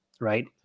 right